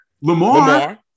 Lamar